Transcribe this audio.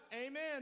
amen